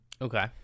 Okay